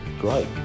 great